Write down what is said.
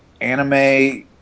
anime